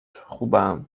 خوبم